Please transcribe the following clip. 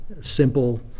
simple